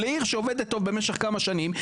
או לעיר שעובדת טוב במשך כמה שנים,